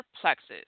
plexus